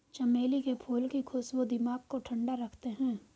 चमेली के फूल की खुशबू दिमाग को ठंडा रखते हैं